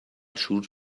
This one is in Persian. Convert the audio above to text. شروط